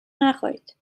نخایید